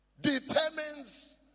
determines